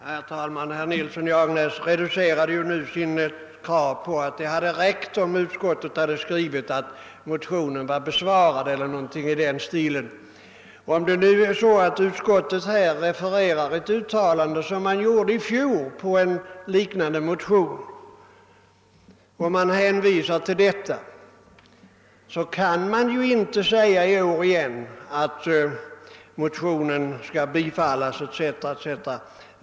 Herr talman! Herr Nilsson i Agnäs reducerade nu sitt krav till att det hade räckt om utskottet skrivit att motionen var besvarad eller någonting i den stilen. Men om nu utskottet refererar ett uttalande som gjordes i fjol med anledning av en liknande motion och hänvisar till detta, kan utskottet i år inte skriva att motionen skall bifallas, etc.